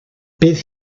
bydd